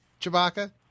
Chewbacca